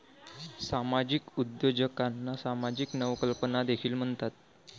सामाजिक उद्योजकांना सामाजिक नवकल्पना देखील म्हणतात